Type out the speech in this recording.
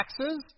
taxes